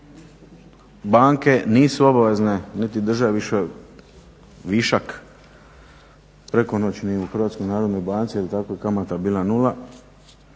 banke nisu obavezne niti drže više višak prekonočni u Hrvatskoj narodnoj banci jer takva je kamata bila nula,